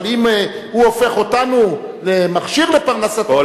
אבל אם הוא הופך אותנו למכשיר לפרנסתו,